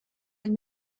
and